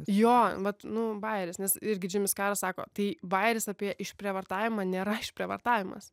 jo nu vat nu bajeris nes irgi džimis karas sako tai bajeris apie išprievartavimą nėra išprievartavimas